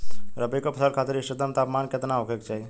रबी क फसल खातिर इष्टतम तापमान केतना होखे के चाही?